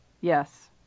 Yes